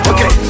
Okay